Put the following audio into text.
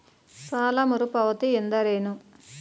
ಸಾಲ ಮರುಪಾವತಿ ಎಂದರೇನು?